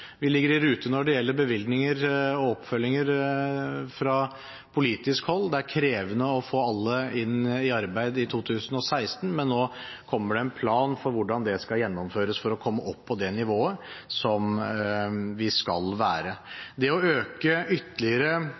Vi ligger i rute når det gjelder bevilgninger og oppfølging fra politisk hold. Det er krevende å få alle inn i arbeid i 2016, men nå kommer det en plan for hvordan det skal gjennomføres for å komme opp på det nivået som vi skal være på. Det å øke ytterligere